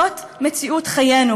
זאת מציאות חיינו.